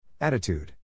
Attitude